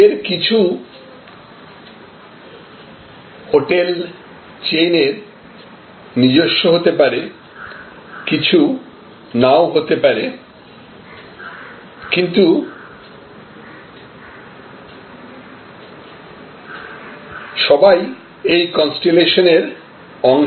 এর কিছু hotel chain এর নিজস্ব হতে পারে কিছু নাও হতে পারে কিন্তু সবাই এই কনস্টিলেশন এর অংশ